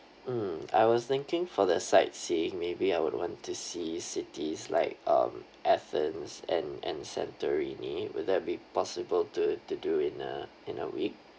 mm I was thinking for the sightseeing maybe I would want to see cities like um athens and and santorini will that be possible to to do in a in a week